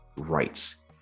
rights